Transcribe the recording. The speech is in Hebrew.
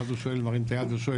ואז הוא מרים את היד ושואל,